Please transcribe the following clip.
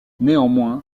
néanmoins